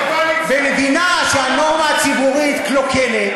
במדינה שבה הנורמה הציבורית קלוקלת,